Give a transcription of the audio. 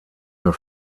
your